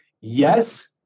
Yes